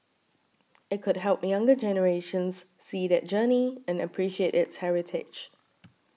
it could help younger generations see that journey and appreciate its heritage